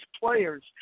players